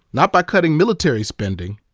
not by cutting military spending,